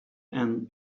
and